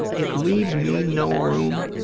it leaves me no room